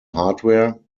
hardware